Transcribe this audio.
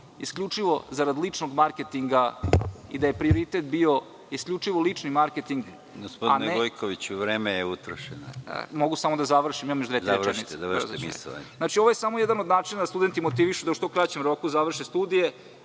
isključivo zarad ličnom marketinga i da je prioritet bio isključivo lični marketing…(Predsedavajući: Gospodine Gojkoviću, vreme je utrošeno.)Mogu li da završim, imam još dve tri rečenice? Ovo je samo jedan od načina da se studenti motivišu da u što kraćem roku završe studije,